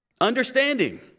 Understanding